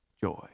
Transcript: joy